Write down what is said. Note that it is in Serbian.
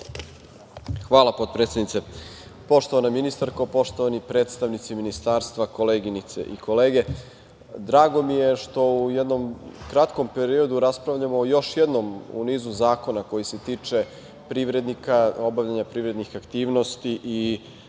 Hvala, potpredsednice. Poštovana ministarko, poštovani predstavnici Ministarstva, koleginice i kolege, drago mi je što u jednom kratkom periodu raspravljamo o još jednom u nizu zakona koji se tiče privrednika, obavljanja privrednih aktivnosti.